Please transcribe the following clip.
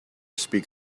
speak